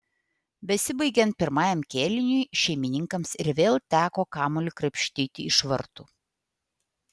besibaigiant pirmajam kėliniui šeimininkams ir vėl teko kamuolį krapštyti iš vartų